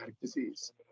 disease